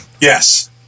Yes